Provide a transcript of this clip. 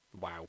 wow